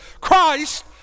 Christ